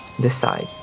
decide